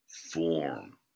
form